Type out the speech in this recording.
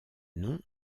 nom